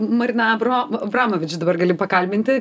mariną abro abromiviš dabar gali pakalbinti